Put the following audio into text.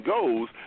goes